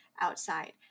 outside